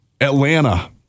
Atlanta